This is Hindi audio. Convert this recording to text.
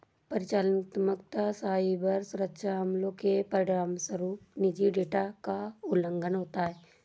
परिचालनात्मक साइबर सुरक्षा हमलों के परिणामस्वरूप निजी डेटा का उल्लंघन होता है